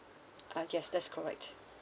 uh yes that's correct